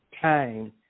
time